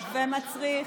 ומצריך,